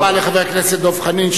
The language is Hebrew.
תודה רבה לחבר הכנסת דב חנין,